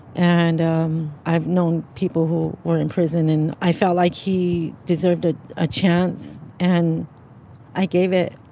and i've known people who were in prison and i felt like he deserved a ah chance and i gave it.